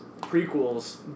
prequels